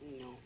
No